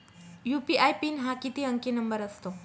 UPI PIN हा किती अंकी नंबर असतो?